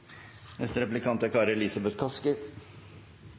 Neste og siste replikant er